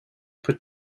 put